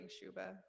Shuba